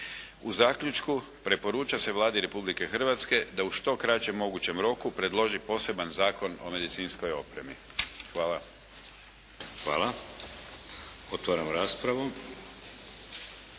U zaključku preporuča se Vladi Republike Hrvatske da u što kraćem mogućem roku predloži poseban Zakon o medicinskoj opremi. Hvala.